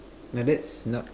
now that's not